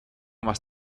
más